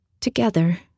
Together